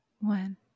one